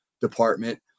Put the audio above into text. department